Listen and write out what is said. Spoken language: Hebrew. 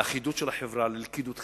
לאחידות של החברה, ללכידות חברתית,